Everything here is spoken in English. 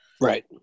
Right